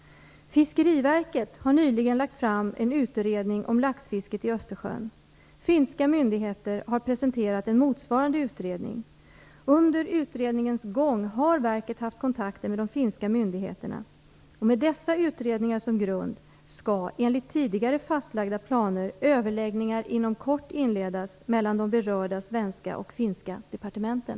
Fiskeriverket har nyligen lagt fram en utredning om laxfisket i Östersjön. Finska myndigheter har presenterat en motsvarande utredning. Under utredningens gång har verket haft kontakter med de finska myndigheterna. Med dessa utredningar som grund skall, enligt tidigare fastlagda planer, överläggningar inom kort inledas mellan de berörda svenska och finska departementen.